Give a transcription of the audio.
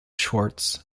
swartz